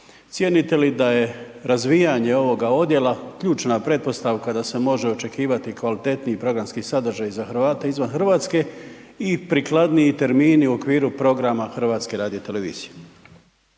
Cijenite li da je razvijanje ovoga odjela ključna pretpostavka da se može očekivati kvalitetniji programski sadržaj za Hrvate izvan RH i prikladniji termini u okviru programa HRT-a. **Ljubić,